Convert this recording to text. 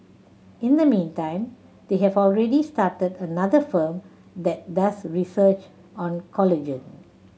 in the meantime they have already started another firm that does research on collagen